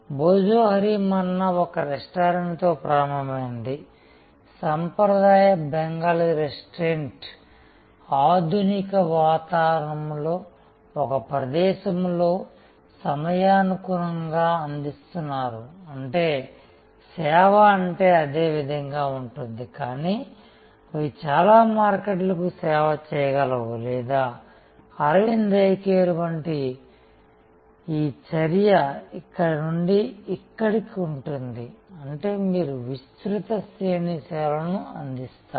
భోజోహోరి మన్నా ఒక రెస్టారెంట్తో ప్రారంభమైంది సాంప్రదాయ బెంగాలీ రెస్టారెంట్ ఆధునిక వాతావరణంలో ఒక ప్రదేశంలో సమయానుగుణంగా అందిస్తున్నారు అంటే సేవ అదే విధంగా ఉంటుంది కానీ అవి చాలా మార్కెట్లకు సేవ చేయగలవు లేదా అరవింద్ ఐ కేర్ వంటివి ఈ చర్య ఇక్కడ నుండి ఇక్కడికి ఉంటుంది అంటే మీరు విస్తృత శ్రేణి సేవలను అందిస్తారు